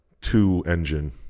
two-engine